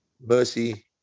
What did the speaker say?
mercy